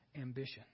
ambition